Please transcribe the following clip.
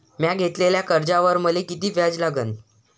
म्या घेतलेल्या कर्जावर मले किती व्याज लागन?